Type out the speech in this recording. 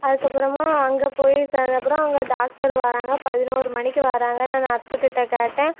அதுக்கு அப்புறமா அங்கே போய் சேர்ந்த அப்புறம் அங்கே டாக்டர் வராங்க பதினோரு மணிக்கு வராங்க நான் நர்ஸு கிட்ட கேட்டேன்